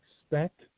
expect